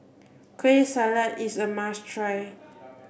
Kueh Salat is a must try